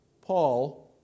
Paul